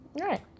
Right